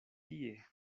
tie